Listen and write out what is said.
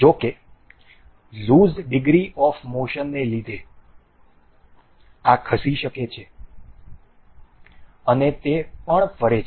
જો કે loose degree of મોશનને લીધે આ ખસી શકે છે અને તે પણ ફરે છે